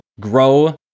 grow